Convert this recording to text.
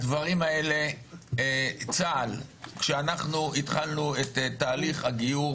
הדף השני בעצם מסביר לנו, את המציאות של הגיור